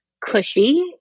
cushy